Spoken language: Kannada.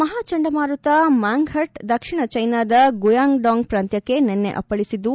ಮಹಾ ಚಂಡಮಾರುತ ಮಾಂಗ್ಹಟ್ ದಕ್ಷಿಣ ಚೈನಾದ ಗುಯಾಂಗ್ಡಾಂಗ್ ಪ್ರಾಂತ್ಯಕ್ಷ ನಿನ್ನೆ ಅಪ್ಪಳಿಸಿದ್ದು